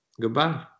Goodbye